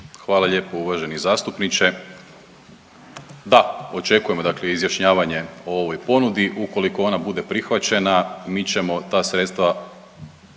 Hvala lijepo uvaženi zastupniče. Da, očekujemo dakle izjašnjavanje o ovoj ponudi. Ukoliko ona bude prihvaćena mi ćemo ta sredstva